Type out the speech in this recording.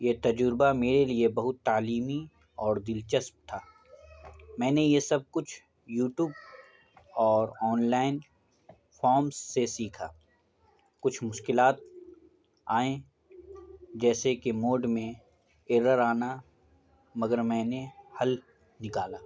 یہ تجربہ میرے لیے بہت تعلیمی اور دلچسپ تھا میں نے یہ سب کچھ یوٹیوب اور آن لائن فارمس سے سیکھا کچھ مشکلات آئیں جیسے کہ موڈ میں ارر آنا مگر میں نے حل نکالا